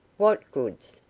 what goods?